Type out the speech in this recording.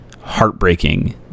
heartbreaking